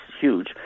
huge